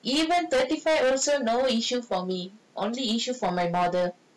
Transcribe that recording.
even thirty five also no issue for me only issue for my mother